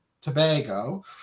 tobago